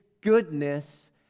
goodness